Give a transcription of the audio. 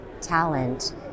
talent